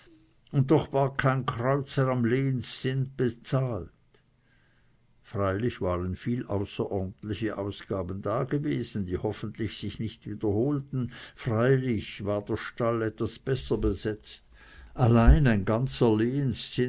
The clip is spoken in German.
und doch war kein kreuzer am lehenzins bezahlt freilich waren viel außerordentliche ausgaben dagewesen die hoffentlich sich nicht wiederholten freilich war der stall etwas besser besetzt allein ein ganzer